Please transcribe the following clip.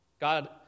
God